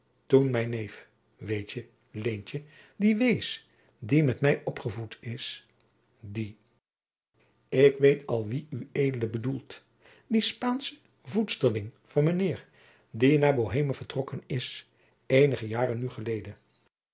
toen mijn neef weet gij leentje die wees die met mij opgevoed is die ik weet al wie ued bedoelt die spaansche voedsterling van mijnheer die naar boheme vertrokken is eenige jaren nu geleden